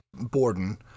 Borden